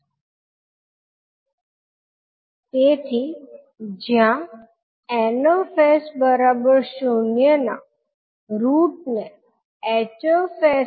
તેથી જ્યાં 𝑁 𝑠 0 ના રૂટ ને 𝐻 𝑠 ના ઝિરોઝ કહેવામાં આવે છે કારણ કે તેઓ 𝐻𝑠 0 બનાવે છે જ્યારે 𝐷 𝑠 0 ના રૂટને 𝐻𝑠 ના પોલ કહેવામાં આવે છે કારણ કે તેઓ 𝐻 𝑠→∞ કરે છે